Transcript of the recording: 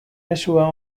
mezua